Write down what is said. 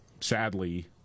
sadly